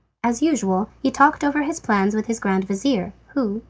as usual he talked over his plans with his grand-vizir, who,